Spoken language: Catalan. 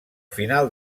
final